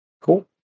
Cool